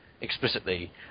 explicitly